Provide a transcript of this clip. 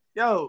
yo